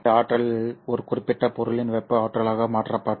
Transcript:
இந்த ஆற்றல் ஒரு குறிப்பிட்ட பொருளின் வெப்ப ஆற்றலாக மாற்றப்படும்